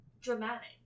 dramatic